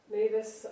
Mavis